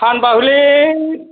फानबा हले